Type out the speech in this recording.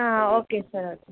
okay sir okay sir